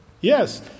Yes